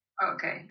okay